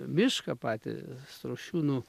mišką patį strošiūnų